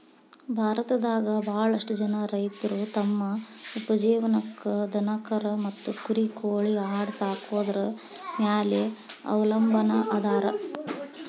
ಭಾರತದಾಗ ಬಾಳಷ್ಟು ಜನ ರೈತರು ತಮ್ಮ ಉಪಜೇವನಕ್ಕ ದನಕರಾ ಮತ್ತ ಕುರಿ ಕೋಳಿ ಆಡ ಸಾಕೊದ್ರ ಮ್ಯಾಲೆ ಅವಲಂಬನಾ ಅದಾರ